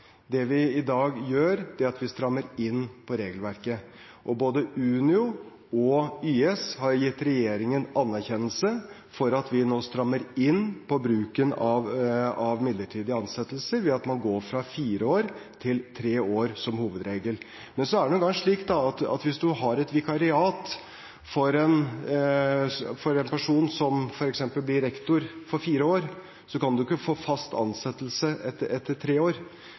Det vi i dag gjør, er å stramme inn regelverket, og både Unio og YS har gitt regjeringen anerkjennelse for at vi nå strammer inn bruken av midlertidige ansettelser ved at man går fra fire til tre år som hovedregel. Men så er det nå engang slik at hvis man har et vikariat for en person som f.eks. blir rektor for fire år, så kan man ikke få fast ansettelse etter tre år.